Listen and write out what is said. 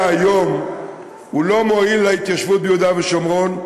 היום הוא לא מועיל להתיישבות ביהודה ושומרון,